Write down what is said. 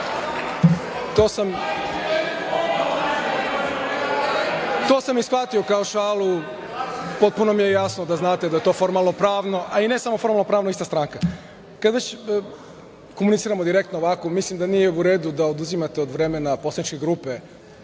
To sam i shvatio kao šalu, potpuno mi je jasno da znate da to formalno pravno, a i ne samo formalno pravno je ista stranka. Kada već komuniciramo direktno ovako, mislim da nije u redu da oduzimate od vremena poslaničke grupe